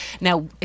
Now